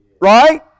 Right